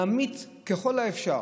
להמעיט ככל האפשר,